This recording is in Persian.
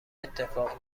اتفاق